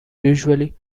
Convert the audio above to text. usually